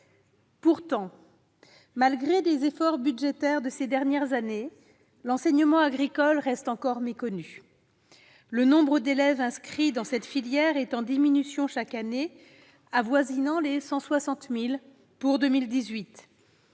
d'euros. Malgré les efforts budgétaires de ces dernières années, l'enseignement agricole reste encore méconnu. Le nombre d'élèves inscrits dans cette filière est en diminution chaque année, avoisinant les 160 000 pour 2018.